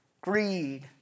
greed